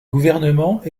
gouvernement